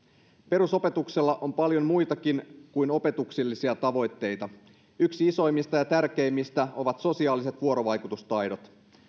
perusopetuksella on paljon muitakin kuin opetuksellisia tavoitteita yksi isoimmista ja tärkeimmistä on sosiaaliset vuorovaikutustaidot